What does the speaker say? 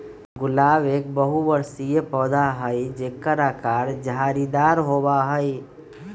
गुलाब एक बहुबर्षीय पौधा हई जेकर आकर झाड़ीदार होबा हई